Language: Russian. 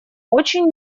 очень